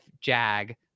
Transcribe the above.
jag